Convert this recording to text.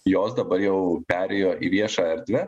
jos dabar jau perėjo į viešą erdvę